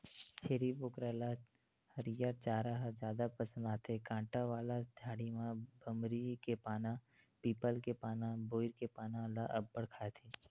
छेरी बोकरा ल हरियर चारा ह जादा पसंद आथे, कांटा वाला झाड़ी म बमरी के पाना, पीपल के पाना, बोइर के पाना ल अब्बड़ खाथे